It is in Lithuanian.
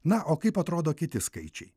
na o kaip atrodo kiti skaičiai